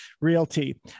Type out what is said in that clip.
realty